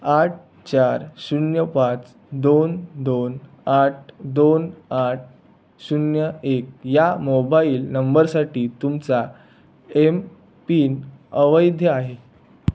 आठ चार शून्य पाच दोन दोन आठ दोन आठ शून्य एक या मोबाईल नंबरसाठी तुमचा एमपिन अवैध आहे